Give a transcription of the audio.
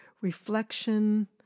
reflection